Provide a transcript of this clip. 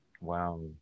Wow